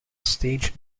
stage